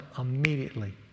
immediately